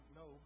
no